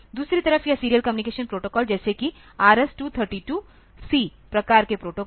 दूसरी तरफ यह सीरियल कम्युनिकेशन प्रोटोकॉल जैसे कि RS232 C प्रकार के प्रोटोकॉल